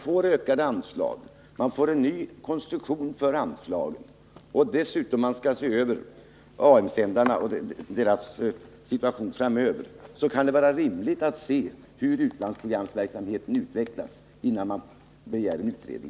De ökade anslagen, den nya konstruktionen för dem och den kommande översynen av AM-sändarna gör att det kan vara rimligt att se hur utlandsprogramverksamheten utvecklas, innan man på nytt begär en utredning.